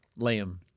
Liam